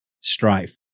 Strife